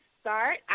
start